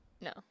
No